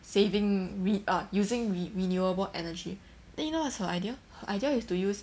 saving we are using renewable energy then you know what's her idea her idea is to use